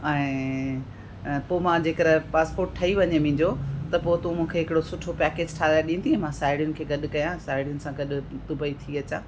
ऐं पोइ मां जे कर पासपोर्ट ठही वञे मुंहिंजो त पोइ तू मूंखे हिकिड़ो सुठो पैकेज ठाहिराए ॾींदीअं मां साहेड़ियुनि खे गॾु कयां साहेड़ियुनि सां गॾु दुबई थी अचां